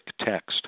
text